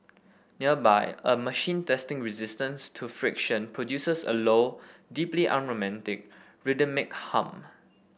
nearby a machine testing resistance to friction produces a low deeply unromantic rhythmic hum